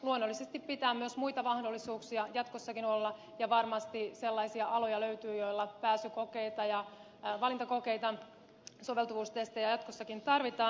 luonnollisesti pitää myös muita mahdollisuuksia jatkossakin olla ja varmasti sellaisia aloja löytyy joissa pääsykokeita ja valintakokeita soveltuvuustestejä jatkossakin tarvitaan